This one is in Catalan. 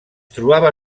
trobava